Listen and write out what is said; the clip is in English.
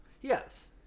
Yes